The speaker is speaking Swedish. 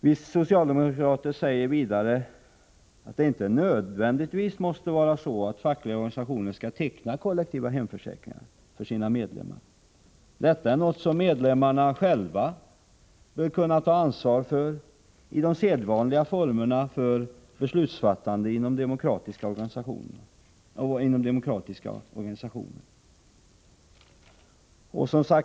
Vi socialdemokrater säger vidare att det inte nödvändigtvis måste vara så att fackliga organisationer skall teckna kollektiva hemförsäkringar för sina medlemmar. Detta är något som medlemmarna själva bör kunna ta ansvar föri de sedvanliga formerna för beslutsfattande inom demokratiska organisationer.